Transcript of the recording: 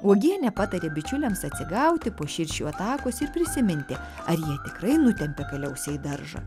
uogienė patarė bičiuliams atsigauti po širšių atakos ir prisiminti ar jie tikrai nutempė kaliausę daržą